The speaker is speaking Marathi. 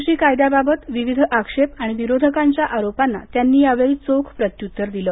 कृषी कायद्याबाबत विविध आक्षेप आणि विरोधकांच्या आरोपांना त्यांनी यावेळी चोख प्रत्यूत्तर दिलं